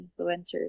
influencers